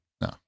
No